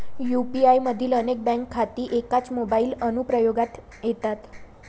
UPI मधील अनेक bank खाती एकाच मोबाइल अनुप्रयोगात येतात